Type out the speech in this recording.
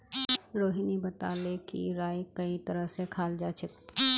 रोहिणी बताले कि राईक कई तरह स खाल जाछेक